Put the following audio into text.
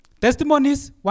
Testimonies